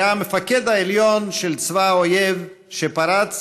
היה המפקד העליון של צבא האויב שפרץ